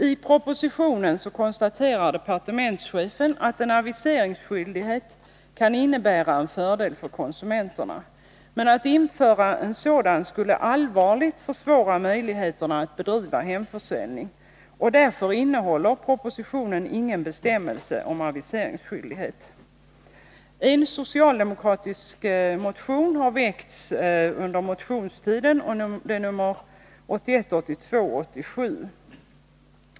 I propositionen konstaterar departementschefen att en aviseringsskyldighet kan innebära en fördel för konsumenterna. Införandet av en sådan skulle allvarligt försvåra möjligheterna att bedriva hemförsäljning, och därför innehåller propositionen ingen bestämmelse om aviseringsskyldighet. Det finns en socialdemokratisk motion som har nr 1981/82:87.